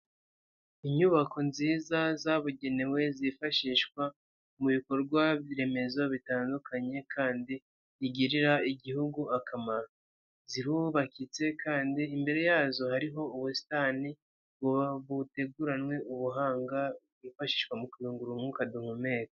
Inyubako nziza zabugenewe zifashishwa mu bikorwa remezo bitandukanye, kandi bigirira igihugu akamaro, zirubakitse kandi imbere yazo hariho ubusitani buteguranywe ubuhanga, bwifashishwa mu kuyungura umwuka duhumeka.